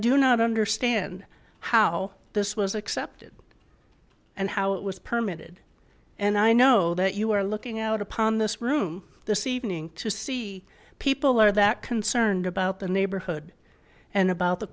do not understand how this was accepted and how it was permitted and i know that you are looking out upon this room this evening to see people are that concerned about the neighborhood and about the